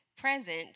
present